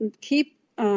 keep –